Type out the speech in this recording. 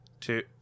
Two